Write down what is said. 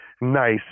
Nice